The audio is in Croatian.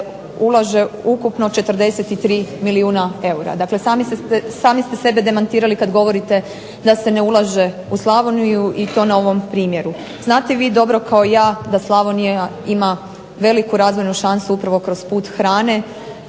ulaže ukupno 43 milijuna eura, sami ste sebe demantirali kada ste govorili da se ne ulaže u Slavoniju i to na ovom primjeru. Znate vi dobro kao i ja da Slavonija ima veliku razvojnu šansu upravo kroz put hrane,